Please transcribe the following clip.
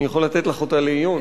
אני יכול לתת לך אותה לעיון.